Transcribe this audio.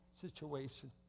situation